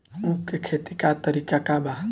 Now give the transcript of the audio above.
उख के खेती का तरीका का बा?